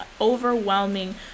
overwhelming